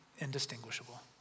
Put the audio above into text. indistinguishable